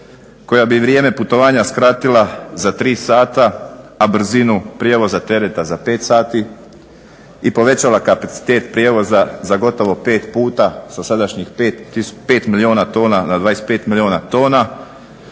koja bi vrijeme putovanja skratila za 3 sata, a brzinu prijevoza tereta za 5 sati i povećala kapacitet prijevoza za gotovo 5 puta sa sadašnjih 5 milijuna tona na 25 milijuna tona?